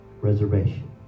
reservation